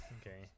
Okay